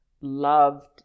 Loved